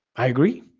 i agree,